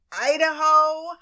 Idaho